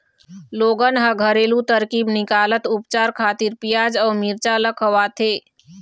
लोगन ह घरेलू तरकीब निकालत उपचार खातिर पियाज अउ मिरचा ल खवाथे